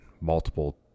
multiple